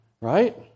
right